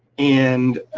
and